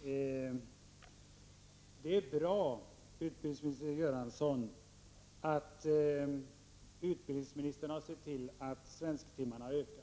Fru talman! Det är bra att utbildningsminister Göransson har sett till att antalet svensktimmar ökar.